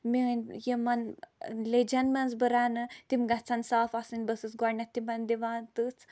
میٲنۍ یِمن لیجن منٛز بہٕ رَنہٕ تِم گژھن صاف آسٕنۍ بہٕ ٲسٕس گۄڈٕنیٚتھ تِمن دِوان تٔژھ